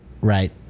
Right